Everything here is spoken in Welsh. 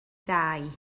ddau